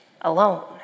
alone